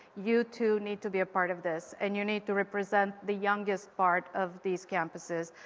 you two need to be a part of this and you need to represent the youngest part of these campuses,